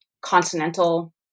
continental